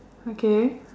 okay